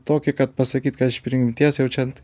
tokį kad pasakyt kad iš prigimties jaučiant